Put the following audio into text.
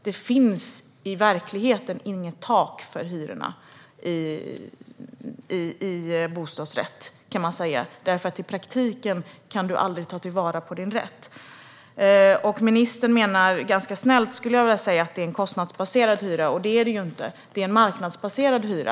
Det finns i verkligheten inget tak för hyrorna i bostadsrätt, kan man säga, för i praktiken kan du aldrig ta till vara din rätt. Ministern menar - ganska snällt, skulle jag vilja säga - att det är en kostnadsbaserad hyra. Det är det inte; det är en marknadsbaserad hyra.